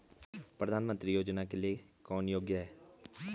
प्रधानमंत्री योजना के लिए कौन योग्य है?